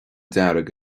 dearg